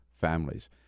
families